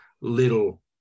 little